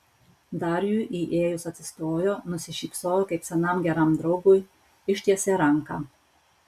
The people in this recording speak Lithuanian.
dariui įėjus atsistojo nusišypsojo kaip senam geram draugui ištiesė ranką